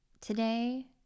Today